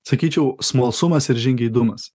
sakyčiau smalsumas ir žingeidumas